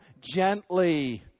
gently